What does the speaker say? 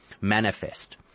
manifest